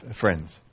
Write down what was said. friends